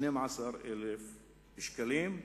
12,000 שקלים,